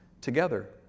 together